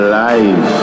life